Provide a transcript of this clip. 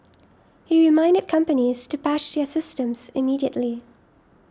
he reminded companies to patch their systems immediately